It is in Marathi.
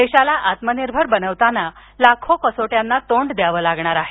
देशाला आत्मनिर्भर बनविताना लाखो कसोट्यांना तोंड द्यावं लागणार आहे